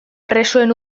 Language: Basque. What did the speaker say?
presoen